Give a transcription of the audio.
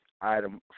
item